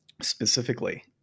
specifically